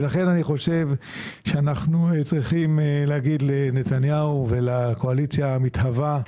אני חושב שאנחנו צריכים להגיד לנתניהו ולקואליציה המתהווה,